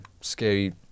scary